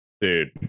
dude